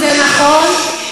זה נכון.